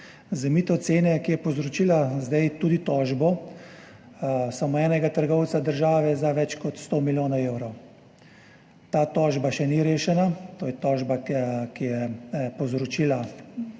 zamejitve cene, ki je povzročila zdaj tudi tožbo samo enega trgovca države za več kot 100 milijonov evrov. Ta tožba še ni rešena. To je tožba, ki jo je povzročila